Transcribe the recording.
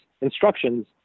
instructions